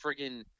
friggin